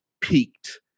peaked